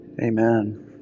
Amen